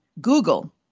Google